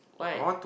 why